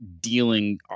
dealing